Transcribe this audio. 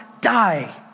die